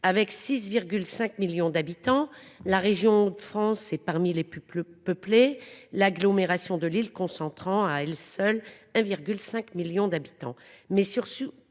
Avec 6,5 millions d'habitants, la région des Hauts-de-France est parmi les plus peuplées du pays, l'agglomération de Lille concentrant à elle seule 1,5 million d'habitants.